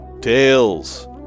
Tales